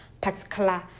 particular